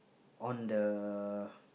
on the